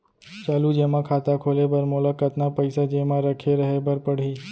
चालू जेमा खाता खोले बर मोला कतना पइसा जेमा रखे रहे बर पड़ही?